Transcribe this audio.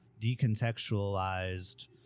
decontextualized